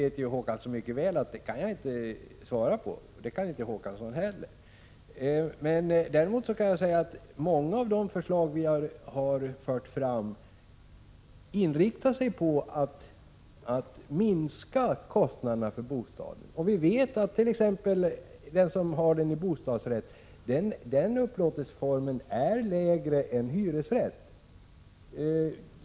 Per Olof Håkansson vet mycket väl att jag inte kan svara på den frågan, och det kan inte heller han göra. Däremot kan jag säga att många av de förslag som vi lagt fram har inriktningen att kostnaderna för bostaden skall minska. Vi vet ju att en sådan upplåtelseform som bostadsrätten är billigare än hyresrätten.